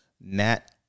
Nat